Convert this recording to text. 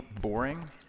boring